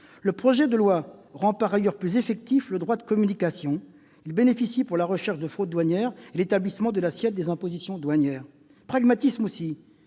Le projet de loi rend par ailleurs plus effectif le droit de communication, au bénéfice de la recherche de la fraude douanière et de l'établissement de l'assiette des impositions douanières. Tout aussi